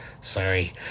Sorry